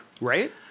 right